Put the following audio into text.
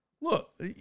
look